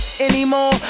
anymore